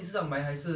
还有